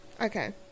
Okay